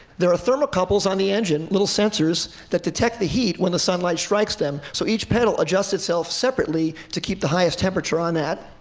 there are thermocouples on the engine little sensors that detect the heat when the sunlight strikes them. so each petal adjusts itself separately to keep the highest temperature on it.